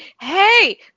Hey